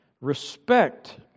respect